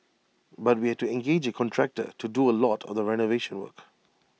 but we had to engage A contractor to do A lot of the renovation work